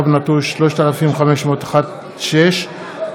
ברשות יושבת-ראש הישיבה,